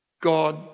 God